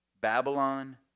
Babylon